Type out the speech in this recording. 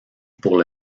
pour